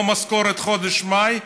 לא משכורת חודש מאי,